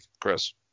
Chris